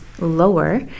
lower